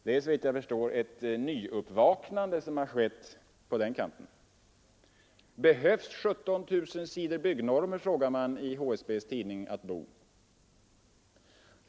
Det har såvitt jag förstår skett ett uppvaknande på den kanten. ”Behövs sjutton tusen sidor byggnormer?” frågar HSB:s tidning.